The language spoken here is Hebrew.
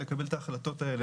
לקבל את ההחלטות האלה,